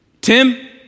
Tim